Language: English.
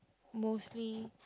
mostly